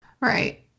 Right